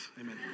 amen